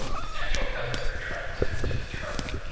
potential cousin that you're trying to to determine.